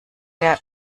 der